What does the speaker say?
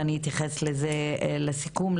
ואני אתייחס לזה לסיכום,